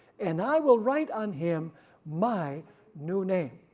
and i will write on him my new name.